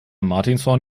martinshorn